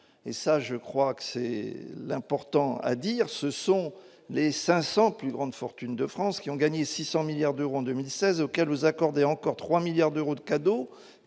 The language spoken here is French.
et ça je crois que c'est l'important à dire, ce sont les 500 plus grandes fortunes de France qui ont gagné 600 milliards d'euros en 2016 auquel nous accorder encore 3 milliards d'euros de cadeaux,